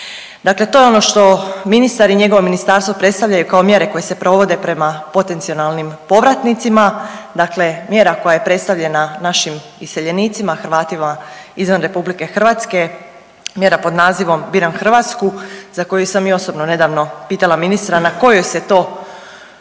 Dakle, to je ono što ministar i njegovo ministarstvo predstavljaju kao mjere koje se provode prema potencionalnim povratnicima, dakle mjera koja je predstavljena našim iseljenicima Hrvatima izvan RH mjera pod nazivom Biram Hrvatsku za koju sam i osobno nedavno pitala ministra na kojoj se to osnovi ona